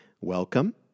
welcome